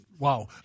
Wow